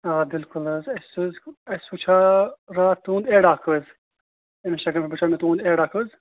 آ بِلکُل حظ اَسہِ اَسہِ وُچھاو راتھ تُہُنٛد ایٚڈ اَکھ حظ اِنسٹاگرٛامس پیٚٹھ وُچھاو مےٚ تُہُنٛد ایٚڈ اَکھ حظ